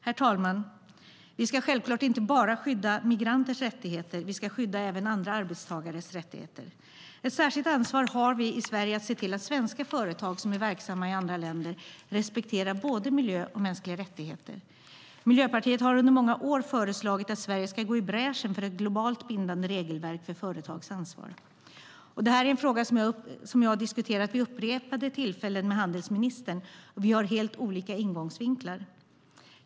Herr talman! Vi ska självklart inte bara skydda migranters rättigheter, utan vi ska skydda även andra arbetstagares rättigheter. Ett särskilt ansvar har vi i Sverige att se till att svenska företag som är verksamma i andra länder respekterar både miljö och mänskliga rättigheter. Miljöpartiet har under många år föreslagit att Sverige ska gå i bräschen för ett globalt bindande regelverk för företags ansvar. Detta är en fråga jag vid upprepade tillfällen har diskuterat med handelsministern, och vi har helt olika ingångsvinklar.